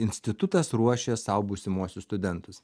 institutas ruošė sau būsimuosius studentus